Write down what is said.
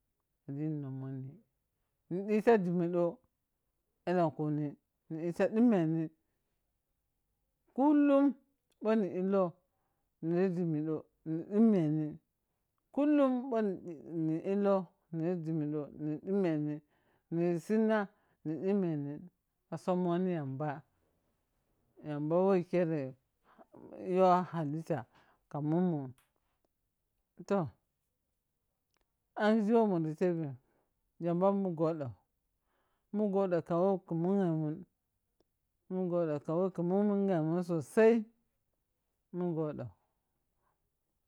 Addinino mhonni ni ɗhiti dhimmi ɗono elehkuni ni ɗhita ɗhimme ni kullum ɓho ni ni illow niri ɗhimmi ɗo ni ɗhimme ni kullum ɓhoni ii ni illg niri ɗhimmi do ni ɗhimme ni niri siina ni ɗhimmeni ka sammohni yamba yamba wo kere kere you hallita ka mummu toh aghewo muritehbhi yamba mu ghoɗo mu ghoɗo ka wo ka mhu kghemun mughoɗo ka mu mughemun sosai mu ghoɗo